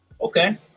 Okay